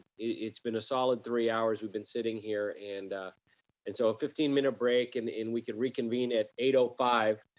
it's been a solid three hours we've been sitting here and and so a fifteen minute break and and we can reconvene at eight ah five.